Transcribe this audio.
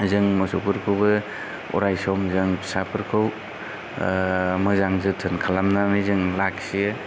जों मोसौफोयखौबो अराय सम जों फिसाफोरखौ मोजां जोथोन खालामनानै जों लाखियो